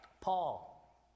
Paul